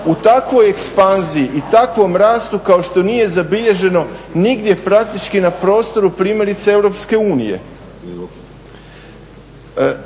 u takvoj ekspanziji i takvom rastu kao što nije zabilježeno nigdje praktički na prostoru primjerice EU.